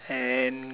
and